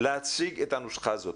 להציג את הנוסחה הזאת.